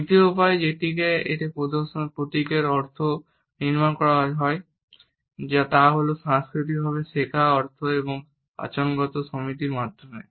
দ্বিতীয় উপায় যেটিতে একটি প্রতীকের অর্থ নির্মাণ করা হয় তা হল সাংস্কৃতিকভাবে শেখা অর্থ এবং আচরণগত সমিতির মাধ্যমে